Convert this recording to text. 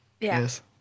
Yes